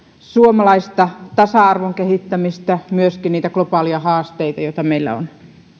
suomalaista tasa arvon kehittämistä että myöskin niitä globaaleita haasteita joita meillä on